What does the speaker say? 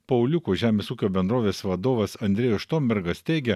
pauliukų žemės ūkio bendrovės vadovas andrėjus štombergas teigia